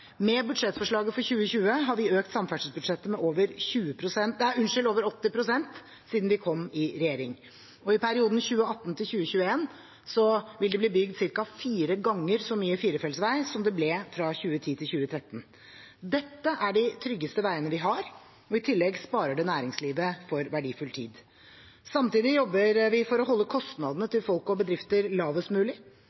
Med budsjettforslaget for 2020 har vi økt samferdselsbudsjettet med over 80 pst. siden vi kom i regjering. Og i perioden 2018–2021 vil det bli bygd ca. fire ganger så mye firefelts vei som det ble i 2010–2013. Dette er de tryggeste veiene vi har, og i tillegg sparer det næringslivet for verdifull tid. Samtidig jobber vi for å holde kostnadene